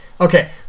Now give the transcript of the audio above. Okay